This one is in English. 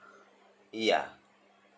ya